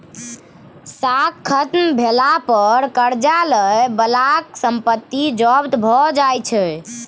साख खत्म भेला पर करजा लए बलाक संपत्ति जब्त भए जाइ छै